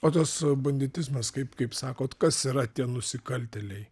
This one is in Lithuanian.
o tas banditizmas kaip kaip sakot kas yra tie nusikaltėliai